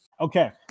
okay